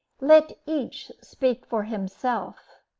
let each speak for himself.